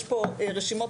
יש כאן רשימה.